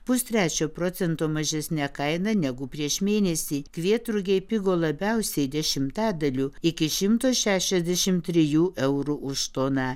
pustrečio procento mažesne kaina negu prieš mėnesį kvietrugiai pigo labiausiai dešimtadaliu iki šimto šešiasdešim trijų eurų už toną